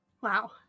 Wow